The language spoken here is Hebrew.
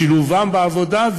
שילובם בעבודה,